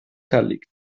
càlids